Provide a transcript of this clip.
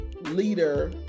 leader